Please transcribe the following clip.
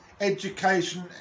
Education